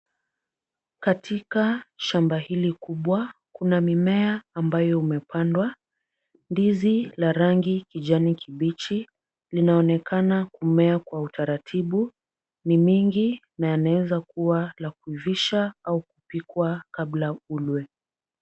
Katika shamba hili kubwa kuna mimea ambayo umepandwa. Ndizi la rangi kijani kibichi, linaonekana kumea kwa utaratibu. Ni mingi na yanaweza kuwa la kuivisha au kupikwa kabla ulwe.